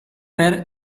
per